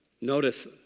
Notice